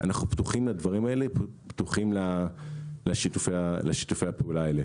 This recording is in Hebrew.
אנחנו פתוחים לדברים האלה ופתוחים לשיתופי הפעולה האלה.